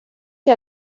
que